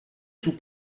sous